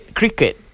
cricket